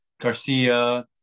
Garcia